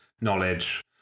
knowledge